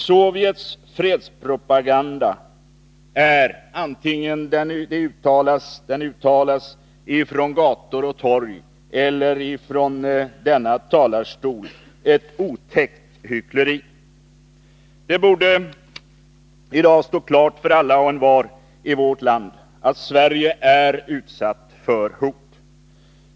Sovjets fredspropaganda är — antingen den uttalas på gator och torg eller från denna talarstol — ett otäckt hyckleri. Det borde i dag stå klart för alla och envar i vårt land att Sverige ständigt är utsatt för hot.